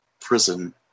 prison